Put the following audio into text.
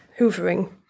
hoovering